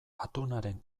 atunaren